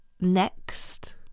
next